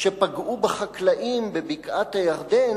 כשפגעו בחקלאים בבקעת-הירדן,